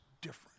different